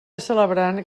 celebrant